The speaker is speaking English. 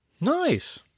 Nice